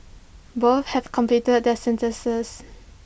both have completed their sentences